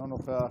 אינו נוכח,